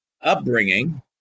upbringing